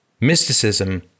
Mysticism